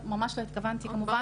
סליחה, ממש לא התכוונתי כמובן.